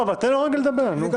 תן לו לדבר, נו.